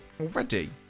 Already